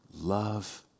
love